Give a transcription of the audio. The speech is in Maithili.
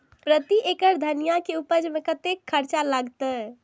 प्रति एकड़ धनिया के उपज में कतेक खर्चा लगते?